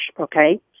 okay